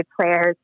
players